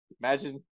imagine